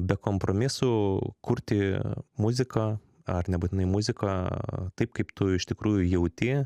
be kompromisų kurti muziką ar nebūtinai muziką taip kaip tu iš tikrųjų jauti